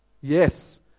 Yes